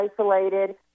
isolated